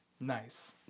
Nice